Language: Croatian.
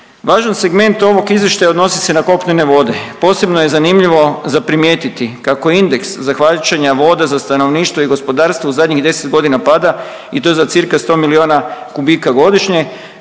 Važan segment ovog izvještaja odnosi se na kopnene vode. Posebno je zanimljivo za primijetiti kako indeks zahvaćanja voda za stanovništvo i gospodarstvo u zadnjih 10 godina pada i to za cca 100 miliona kubika godišnje,